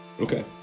Okay